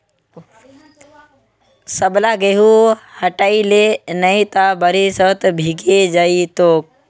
सबला गेहूं हटई ले नइ त बारिशत भीगे जई तोक